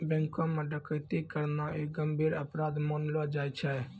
बैंको म डकैती करना एक गंभीर अपराध मानलो जाय छै